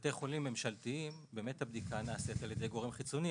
בבתי חולים הממשלתיים באמת הבדיקה נעשית על ידי גורם חיצוני,